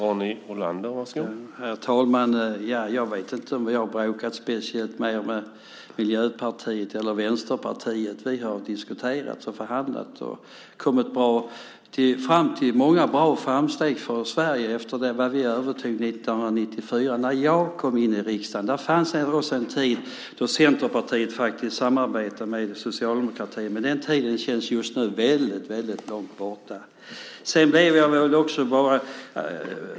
Herr talman! Jag vet inte om jag har bråkat speciellt med Miljöpartiet eller Vänsterpartiet. Vi har sedan vi tog över 1994 diskuterat och förhandlat och kommit fram till många bra framsteg för Sverige. När jag kom in i riksdagen fanns det en tid när Centerpartiet faktiskt samarbetade med socialdemokratin. Men den tiden känns just nu långt borta.